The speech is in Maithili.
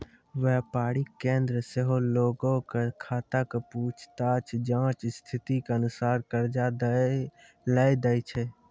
व्यापारिक केन्द्र सेहो लोगो के खाता के पूछताछ जांच स्थिति के अनुसार कर्जा लै दै छै